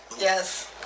Yes